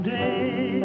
day